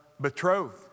betrothed